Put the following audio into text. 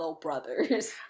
brothers